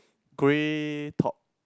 grey top